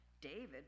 David